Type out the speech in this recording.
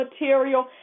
material